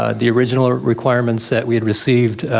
ah the original requirements that we had received